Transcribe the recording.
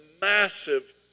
massive